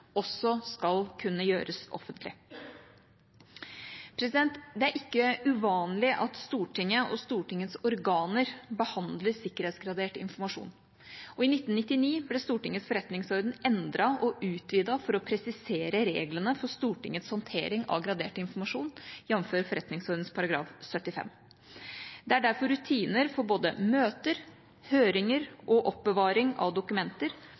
også skal kunne gjøres offentlig. Det er ikke uvanlig at Stortinget og Stortingets organer behandler sikkerhetsgradert informasjon, og i 1999 ble Stortingets forretningsorden endret og utvidet for å presisere reglene for Stortingets håndtering av gradert informasjon, jf. forretningsordenens § 75. Det er derfor rutiner for både møter, høringer og oppbevaring av dokumenter,